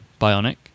Bionic